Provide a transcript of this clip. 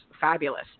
fabulous